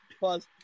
Pause